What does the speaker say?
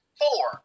four